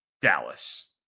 Dallas